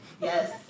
Yes